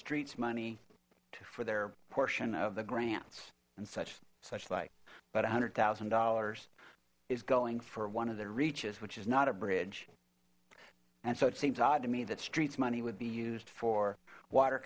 streets money for their portion of the grants and such such like but a hundred thousand dollars is going for one of their reaches which is not a bridge and so it seems odd to me that streets money would be used for water